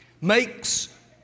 makes